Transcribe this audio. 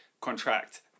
contract